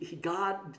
God